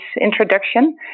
introduction